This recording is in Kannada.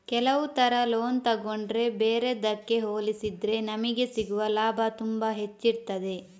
ಕೆಲವು ತರ ಲೋನ್ ತಗೊಂಡ್ರೆ ಬೇರೆದ್ದಕ್ಕೆ ಹೋಲಿಸಿದ್ರೆ ನಮಿಗೆ ಸಿಗುವ ಲಾಭ ತುಂಬಾ ಹೆಚ್ಚಿರ್ತದೆ